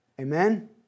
Amen